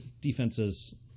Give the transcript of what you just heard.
defenses